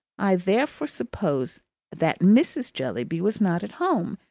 i therefore supposed that mrs. jellyby was not at home,